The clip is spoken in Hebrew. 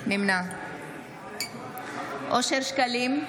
נמנע אושר שקלים,